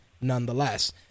nonetheless